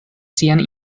sian